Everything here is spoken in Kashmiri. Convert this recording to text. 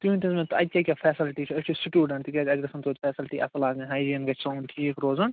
تُہۍ ؤنۍ تو حظ مےٚ اَتہِ کیٛاہ کیٛاہ فیسلٹی چھِ أسۍ چھِ سُٹوٗڈَنٛٹہٕ تِکیٛازِ اسہِ گژھَن توتہِ فیسلٹی اصٕل آسنہِ ہاے جیٖن گژھہِ سون ٹھیٖک روزُن